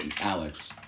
Alex